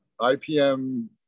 IPM